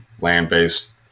land-based